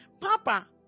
Papa